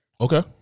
Okay